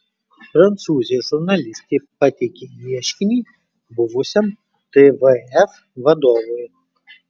prancūzė žurnalistė pateikė ieškinį buvusiam tvf vadovui